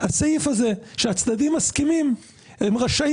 הסעיף הזה שהצדדים מסכימים: הם רשאים